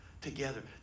together